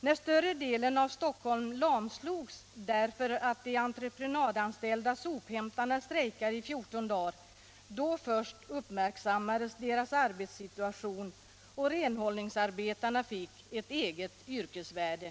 När större delen av Stockholm lamslogs därför att de entreprenadanställda sophämtarna strejkade i 14 dagar, då först uppmärksammades deras arbetssituation, och renhållningsarbetarna fick ett eget yrkesvärde.